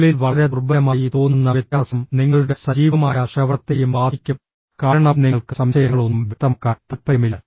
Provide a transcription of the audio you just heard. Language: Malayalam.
ഉള്ളിൽ വളരെ ദുർബലമായി തോന്നുന്ന വ്യത്യാസം നിങ്ങളുടെ സജീവമായ ശ്രവണത്തെയും ബാധിക്കും കാരണം നിങ്ങൾക്ക് സംശയങ്ങളൊന്നും വ്യക്തമാക്കാൻ താൽപ്പര്യമില്ല